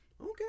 Okay